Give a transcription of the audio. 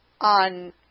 on